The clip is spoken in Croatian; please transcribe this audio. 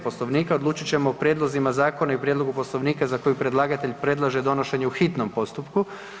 Poslovnika odlučit ćemo o prijedlozima, zakonu i prijedlogu Poslovnika za koji predlagatelj predlaže donošenje u hitnom postupku.